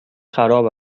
خراب